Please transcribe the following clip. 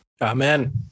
Amen